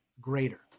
greater